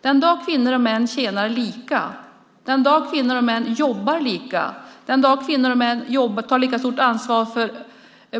Den dag kvinnor och män tjänar lika, den dag kvinnor och män jobbar lika och den dag kvinnor och män tar lika stort ansvar för